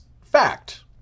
fact